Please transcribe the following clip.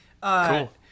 Cool